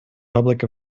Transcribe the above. public